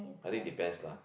I think depends lah